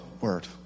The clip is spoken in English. word